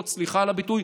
וסליחה על הביטוי,